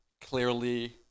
clearly